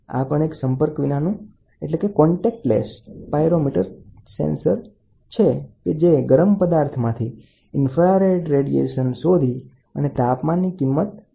આ પણ એક નોન કોન્ટેક્ટ ટાઇપ પ્રકારનું પાયરોમીટર સેન્સર છે કે જે ગરમ પદાર્થ માંથી ઇન્ફ્રારેડ રેડિયેશન શોધે છે